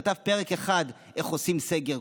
כתב פרק אחד איך עושים סגר,